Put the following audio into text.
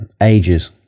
ages